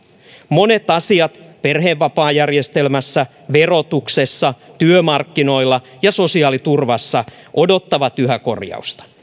monet asiat perhevapaajärjestelmässä verotuksessa työmarkkinoilla ja sosiaaliturvassa odottavat yhä korjausta